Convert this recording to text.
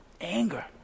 Anger